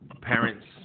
parents